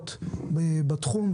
מניות בתחום.